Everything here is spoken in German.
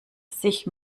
sich